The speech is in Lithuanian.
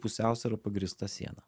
pusiausvyra pagrįsta siena